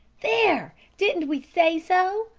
there! didn't we say so?